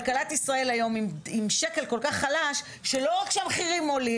כלכלת ישראל היום עם שקל כל כך חלש שלא רק שהמחירים עולים,